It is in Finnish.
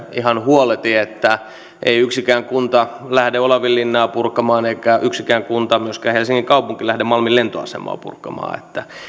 ihan huoleti ei yksikään kunta lähde olavinlinnaa purkamaan eikä yksikään kunta myöskään helsingin kaupunki lähde malmin lentoasemaa purkamaan